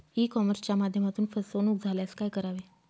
E कॉमर्सच्या माध्यमातून फसवणूक झाल्यास काय करावे?